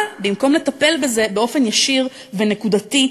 אבל במקום לטפל בזה באופן ישיר ונקודתי,